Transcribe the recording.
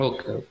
Okay